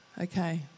Okay